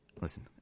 listen